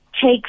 take